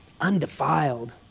Undefiled